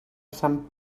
sant